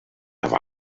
white